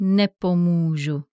nepomůžu